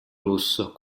russo